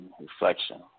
reflection